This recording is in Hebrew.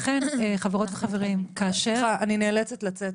לכן חברות וחברים -- סליחה, אני נאלצת לצאת.